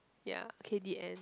ya okay the end